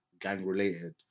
gang-related